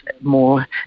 more